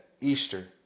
Easter